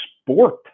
sport